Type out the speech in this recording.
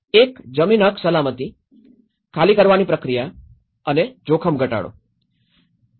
એક જમીનહક સલામતી ખાલી કરવાની પ્રક્રિયા અને જોખમ ઘટાડો